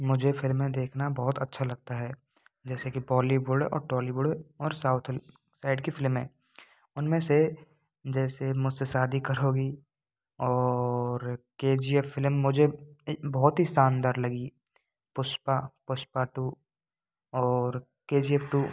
मुझे फ़िल्में देखना बहुत अच्छा लगता है जैसे कि बॉलीवुड और टॉलीवुड और साउथ साइड की फ़िल्में उनमें से जैसे मुझसे शादी करोगी और के जी एफ़ फ़िलिम मुझे बहुत ही शानदार लगी पुष्पा पुष्पा टू और के जी एफ़ टू